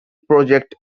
project